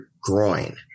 groin